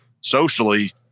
socially